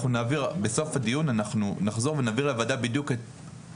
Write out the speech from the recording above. בסוף הדיון נחזור ונעביר לוועדה בדיוק את